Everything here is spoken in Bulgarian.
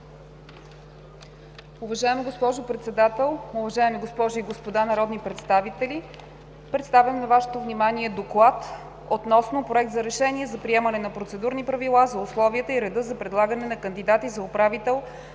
Уважаема госпожо Председател, уважаеми госпожи и господа народни представители, представям на Вашето внимание „ДОКЛАД относно Проект за решение за приемане на процедурни правила за условията и реда за предлагане на кандидати за управител